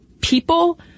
people